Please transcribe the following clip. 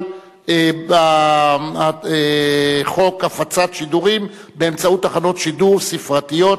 הצעת חוק הפצת שידורים באמצעות תחנות שידור ספרתיות,